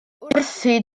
wrthi